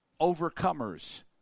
overcomers